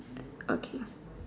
okay